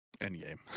endgame